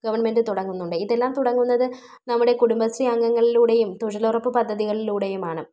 government തുടങ്ങുന്നുണ്ട് ഇതെല്ലാം തുടങ്ങുന്നത് നമ്മുടെ കുടുംബശ്രീ അംഗങ്ങളിലൂടെയും തൊഴിലുറപ്പ് പദ്ധതികളിലൂടെയുമാണ്